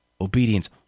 Obedience